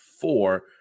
four